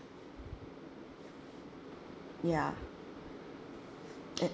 ya